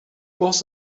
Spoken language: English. was